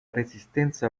resistenza